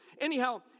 Anyhow